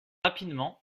rapidement